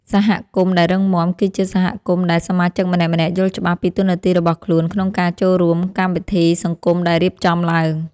សហគមន៍ដែលរឹងមាំ គឺជាសហគមន៍ដែលសមាជិកម្នាក់ៗយល់ច្បាស់ពីតួនាទីរបស់ខ្លួនក្នុងការចូលរួមកម្មវិធីសង្គមដែលរៀបចំឡើង។